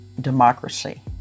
democracy